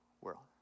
world